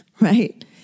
right